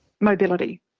mobility